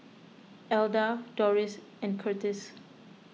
Alda Dorris and Curtiss